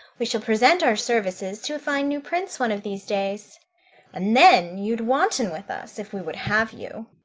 we shall present our services to a fine new prince one of these days and then you'd wanton with us, if we would have you.